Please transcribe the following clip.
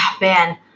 man